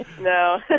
No